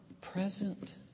present